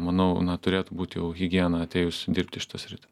manau na turėtų būti jau higiena atėjus dirbti į šitą sritį